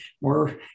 more